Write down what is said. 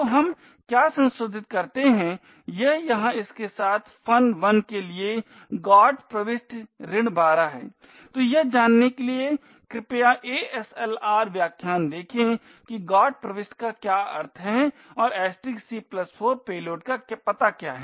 तो हम क्या संशोधित करते हैं यह यहाँ इसके साथ fun1 के लिए GOT प्रविष्टि ऋण 12 है तो यह जानने के लिए कृपया ASLR व्याख्यान देखें कि GOT प्रविष्टि का क्या अर्थ है और c 4 पेलोड का पता क्या है